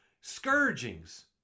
scourgings